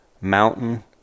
mountain